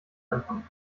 anfangen